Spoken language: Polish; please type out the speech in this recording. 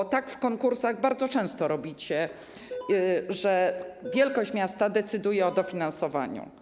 W konkursach bardzo często robicie tak, że wielkość miasta decyduje o dofinansowaniu.